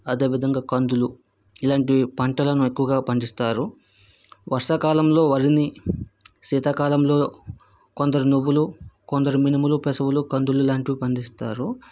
అదేవిధంగా కందులు ఇలాంటి పంటలను ఎక్కువగా పండిస్తారు వర్షాకాలంలో వరి శీతకాలంలో కొందరు నువ్వులు కొందరు మినుములు పెసలు కందులు ఇలాంటివి పండిస్తారు